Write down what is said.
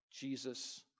Jesus